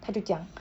他就讲